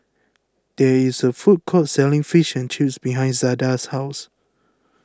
there is a food court selling Fish and Chips behind Zada's house